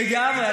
לגמרי.